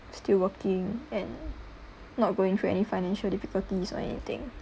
still working and not going through any financial difficulties or anything